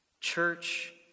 Church